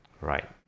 right